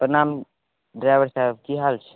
प्रणाम ड्राइभर साहेब की हाल छै